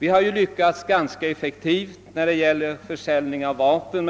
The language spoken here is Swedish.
Vi har ju lyckats ganska effektivt när det gäller försäljningen av vapen;